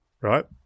right